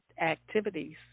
activities